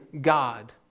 God